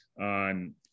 on